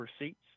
receipts